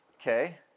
Okay